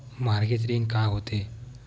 Mortgage ऋण का होथे?